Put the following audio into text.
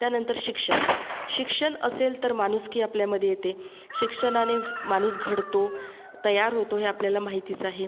त्यानंतर शिक्षण शिक्षण असेल तर माणुसकी आपल्यामधे येते शिक्षणाने माणूस घडतो तयार होतो हे आपल्याला माहितीच आहे